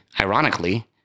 Ironically